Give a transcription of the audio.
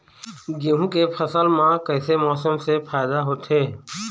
गेहूं के फसल म कइसे मौसम से फायदा होथे?